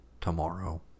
tomorrow